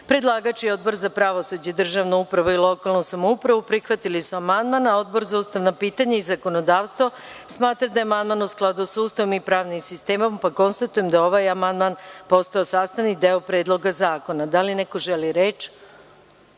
SNS.Predlagač i Odbor za pravosuđe, državnu upravu i lokalnu samoupravu prihvatili su amandman. Odbor za ustavna pitanja i zakonodavstvo smatra da je amandman u skladu sa Ustavom i pravnim sistemom. Konstatujem da je ovaj amandman postao sastavni deo Predloga zakona. Da li neko želi reč?